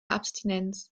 abstinenz